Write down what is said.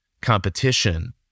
competition